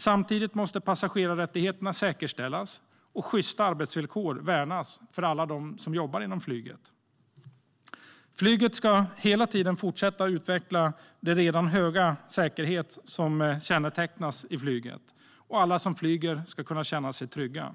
Samtidigt måste passagerarrättigheterna säkerställas och sjysta arbetsvillkor värnas för alla dem som jobbar inom flyget. Flyget ska hela tiden fortsätta att utveckla den redan höga säkerhet som det kännetecknas av. Alla som flyger ska kunna känna sig trygga.